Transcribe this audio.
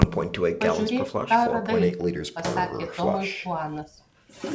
pažiūrėk ką radai pasakė tomui chuanas